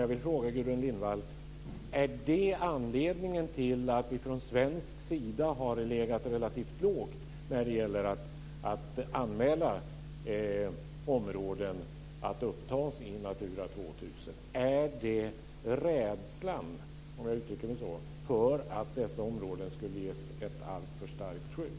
Jag vill fråga Gudrun Lindvall: Är det anledningen till att vi från svensk sida har legat relativt lågt när det gäller att anmäla områden att upptas i Natura 2000? Är det rädslan, om jag får uttrycka mig så, för att dessa områden skulle ges ett alltför starkt skydd?